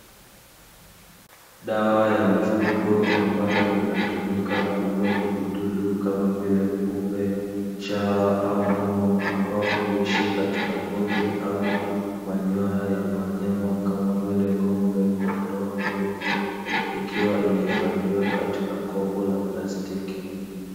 Dawa ya mifugo ambayo inatumika kuua vijidudu kama vile kupe, chawa au mbung'o ambao huishi katika ngozi au manyoya ya wanyama kama vile ng'ombe, kondoo, mbuzi ikiwa imehifadhiwa katika kopo la plastiki.